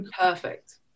perfect